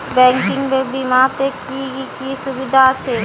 Banking বিমাতে কি কি সুবিধা আছে?